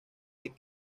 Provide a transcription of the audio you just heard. the